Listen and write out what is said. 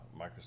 microsoft